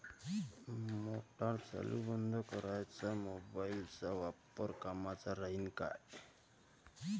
Motor चालू बंद कराच मोबाईलचा वापर कामाचा राहीन का?